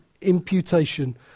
imputation